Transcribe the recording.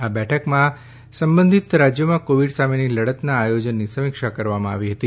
આ બેઠકમાં સંબંધિત રાજ્યોમાં કોવિડ સામેની લડતના આયોજનની સમીક્ષા કરવામાં આવી હતી